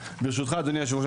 ברשותך אדוני היושב ראש,